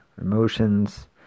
emotions